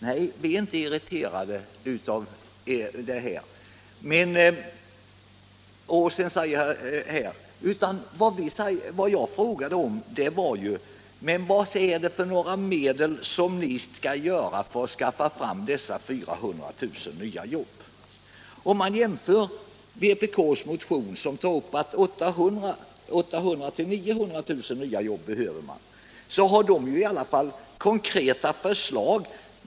Nej, vi är inte irriterade över detta, men min fråga var ju denna: Med vilka medel tänker ni skapa dessa 400 000 nya jobb? Jämför man med vpk:s motion, där det sägs att det behövs 800 000-900 000 nya jobb, finner man att vpk ändå har konkreta förslag.